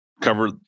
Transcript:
cover